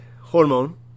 hormone